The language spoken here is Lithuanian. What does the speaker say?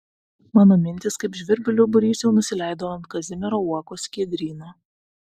mano mintys kaip žvirblių būrys jau nusileido ant kazimiero uokos skiedryno